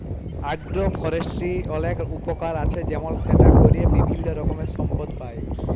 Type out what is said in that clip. আগ্র ফরেষ্ট্রীর অলেক উপকার আছে যেমল সেটা ক্যরে বিভিল্য রকমের সম্পদ পাই